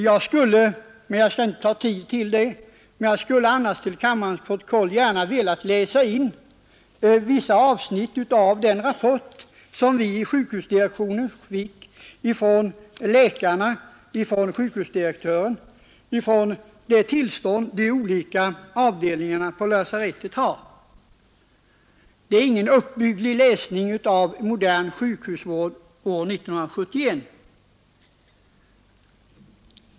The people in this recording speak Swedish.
Jag skulle gärna i kammarens protokoll ha velat läsa in vissa avsnitt av den rapport som vi i sjukhusdirektionen fick från läkarna, från sjukhusdirektören, om det tillstånd som de olika avdelningarna befinner sig i, men jag skall inte uppta tiden med detta. Det är ingen uppbygglig läsning när det gäller modern sjukhusvård år 1971.